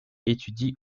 étudie